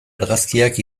argazkiak